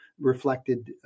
reflected